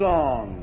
Song